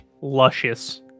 Luscious